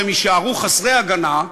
כשהם יישארו חסרי הגנה,